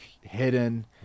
hidden